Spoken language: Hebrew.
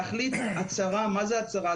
להחליט על הצהרה, מהי הצהרה?